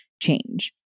change